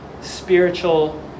spiritual